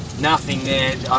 nothing there,